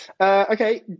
Okay